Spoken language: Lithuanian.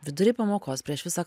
vidury pamokos prieš visą